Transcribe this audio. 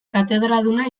katedraduna